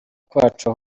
kwacu